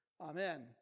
Amen